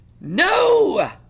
No